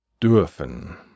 dürfen